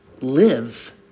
live